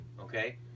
Okay